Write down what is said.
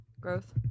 growth